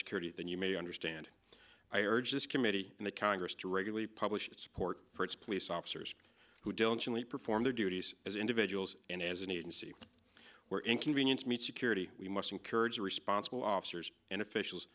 security than you may understand i urge this committee and the congress to regularly publish its support for its police officers who don't leap or form their duties as individuals and as an agency where inconvenience me security we must encourage responsible officers and officials